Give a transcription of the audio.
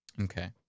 okay